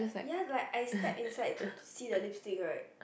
ya like I step inside to see the lipstick right